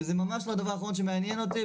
וזה ממש לא הדבר האחרון שמעניין אותי,